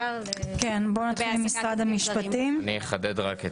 אני אחדד את הדברים: